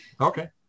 Okay